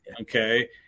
Okay